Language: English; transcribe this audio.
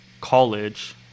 college